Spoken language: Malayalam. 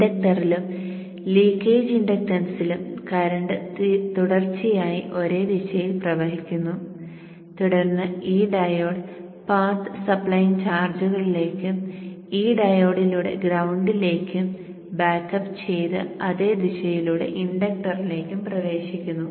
ഇൻഡക്ടറിലും ലീക്കേജ് ഇൻഡക്റ്റൻസിലും കറന്റ് തുടർച്ചയായി ഒരേ ദിശയിൽ പ്രവഹിക്കുന്നു തുടർന്ന് ഈ ഡയോഡ് പാത്ത് സപ്ലൈയിംഗ് ചാർജുകളിലേക്കും ഈ ഡയോഡിലൂടെ ഗ്രൌണ്ടിലേക്കും ബാക്ക് അപ്പ് ചെയ്ത് അതേ ദിശയിലൂടെ ഇൻഡക്ടറിലേക്കും പ്രവേശിക്കുന്നു